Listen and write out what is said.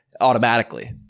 automatically